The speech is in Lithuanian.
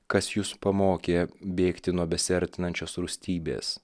kas jus pamokė bėgti nuo besiartinančios rūstybės